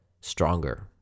stronger